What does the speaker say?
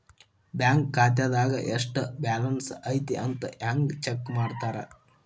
bank ಖಾತೆದಾಗ ಎಷ್ಟ balance ಐತಿ ಅಂತ ಹೆಂಗ ಚೆಕ್ ಮಾಡ್ತಾರಾ